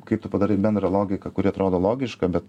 kaip tu padarai bendrą logiką kuri atrodo logiška bet